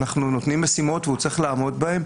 אנחנו נותנים משימות והוא צריך לעמוד בהן.